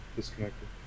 disconnected